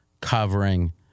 covering